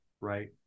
right